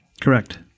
Correct